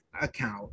account